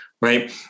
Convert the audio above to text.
right